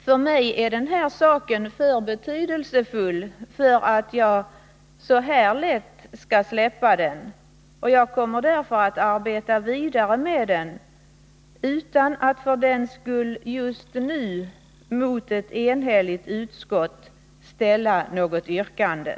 För mig är den här saken för betydelsefull för att jag så här lätt skall släppa den. Jag kommer därför att arbeta vidare med den, utan att för den skull just nu ställa något yrkande mot ett enhälligt utskott.